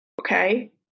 Okay